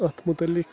اَتھ متعلق